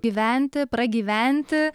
gyventi pragyventi